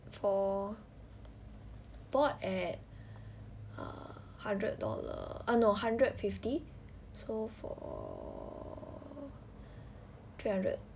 for bought at err hundred dollars err no hundred fifty so for three hundred